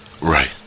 Right